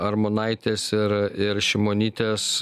armonaitės ir ir šimonytės